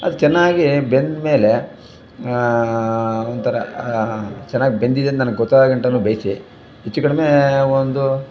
ಅದು ಚೆನ್ನಾಗಿ ಬೆಂದ್ಮೇಲೆ ಒಂಥರ ಚೆನ್ನಾಗಿ ಬೆಂದಿದೆ ಅಂತ ನನಗೆ ಗೊತ್ತಾಗೋಗಂಟನು ಬೇಯಿಸಿ ಹೆಚ್ಚು ಕಡಿಮೆ ಒಂದು